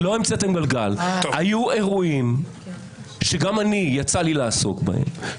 היו אירועים שגם לי יצא לעסוק בהם,